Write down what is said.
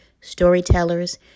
storytellers